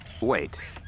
Wait